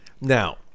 Now